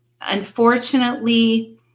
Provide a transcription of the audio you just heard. unfortunately